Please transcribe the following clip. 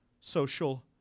social